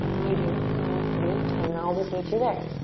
you do know what to do and and i'll just meet you there.